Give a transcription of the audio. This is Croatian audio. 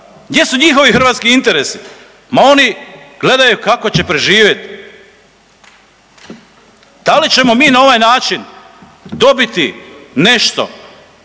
Gdje su njihovi hrvatski interesi? Ma oni gledaju kako će preživjet. Da li ćemo mi na ovaj način dobiti nešto,